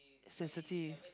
sensitive